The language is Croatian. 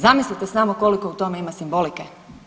Zamislite samo koliko u tome ima simbolike.